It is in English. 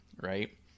right